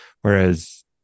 whereas